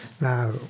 Now